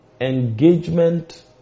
engagement